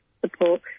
support